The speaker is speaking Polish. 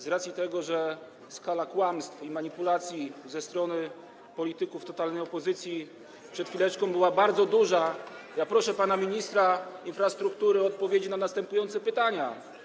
Z racji tego, że skala kłamstw i manipulacji ze strony polityków totalnej opozycji była przed chwileczką bardzo duża, proszę pana ministra infrastruktury o odpowiedzi na następujące pytania: